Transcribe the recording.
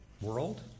world